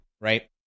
right